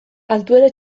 altuera